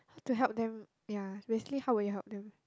to help them ya basically how would you help them